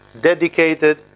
dedicated